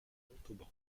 montauban